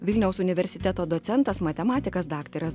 vilniaus universiteto docentas matematikas daktaras